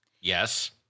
Yes